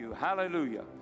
Hallelujah